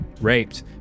raped